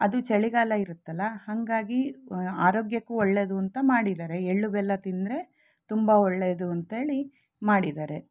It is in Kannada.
ಅದು ಚಳಿಗಾಲ ಇರುತ್ತಲ್ಲ ಹಾಗಾಗಿ ಆರೋಗ್ಯಕ್ಕೂ ಒಳ್ಳೆಯದು ಅಂತ ಮಾಡಿದ್ದಾರೆ ಎಳ್ಳು ಬೆಲ್ಲ ತಿಂದರೆ ತುಂಬ ಒಳ್ಳೆಯದು ಅಂಥೇಳಿ ಮಾಡಿದ್ದಾರೆ